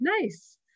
Nice